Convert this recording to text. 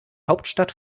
hauptstadt